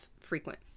frequent